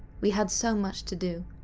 we had so much to do,